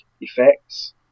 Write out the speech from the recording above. effects